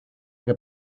que